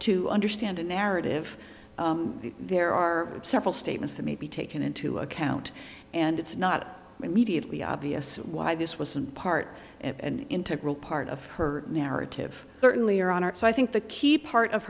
to understand a narrative there are several statements that may be taken into account and it's not immediately obvious why this was in part an integral part of her narrative certainly or are so i think the key part of